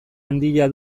handia